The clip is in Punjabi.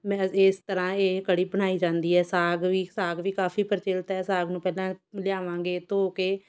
ਮੈਂ ਹ ਇਸ ਤਰ੍ਹਾਂ ਇਹ ਕੜੀ ਬਣਾਈ ਜਾਂਦੀ ਹੈ ਸਾਗ ਵੀ ਸਾਗ ਵੀ ਕਾਫ਼ੀ ਪ੍ਰਚਲਿਤ ਹੈ ਸਾਗ ਨੂੰ ਪਹਿਲਾਂ ਲਿਆਵਾਂਗੇ ਧੋ ਕੇ